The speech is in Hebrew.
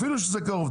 אפילו שזה קרוב,